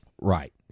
Right